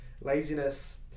laziness